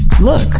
look